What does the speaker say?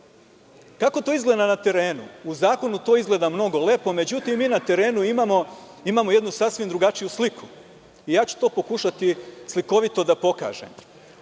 to izgleda na terenu? U zakonu to izgleda mnogo lepo, međutim, mi na terenu imamo jednu sasvim drugačiju sliku. To ću pokušati slikovito da pokažem.